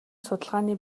судалгааны